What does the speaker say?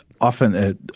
often